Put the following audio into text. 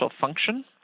function